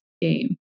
game